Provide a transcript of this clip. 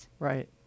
Right